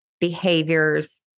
behaviors